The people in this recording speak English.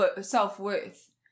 self-worth